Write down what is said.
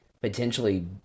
potentially